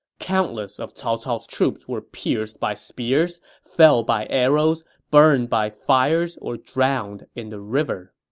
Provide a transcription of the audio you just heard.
countless of cao cao's troops were pierced by spears, felled by arrows, burned by fires or drowned in the river.